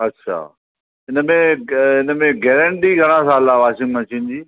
अच्छा हिनमें हिनमें गारंटी घणा साल आहे वॉशिंग मशीन जी